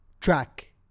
track